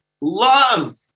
love